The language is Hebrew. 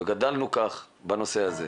וגדלנו כך בנושא הזה.